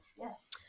Yes